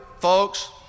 folks